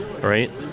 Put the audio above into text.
right